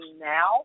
now